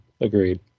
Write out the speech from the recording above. agreed